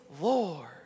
Lord